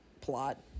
plot